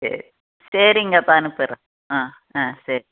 சரி சரிங்கப்பா அனுப்பிடறேன் ஆஆ சரி